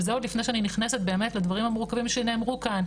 וזה עוד לפני שאני נכנסת באמת לדברים המורכבים שנאמרו כאן.